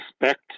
respect